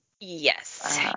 Yes